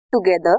together